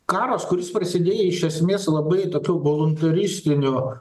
karas kuris prasidėjo iš esmės labai tokiu voliuntaristiniu